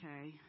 okay